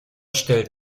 stellt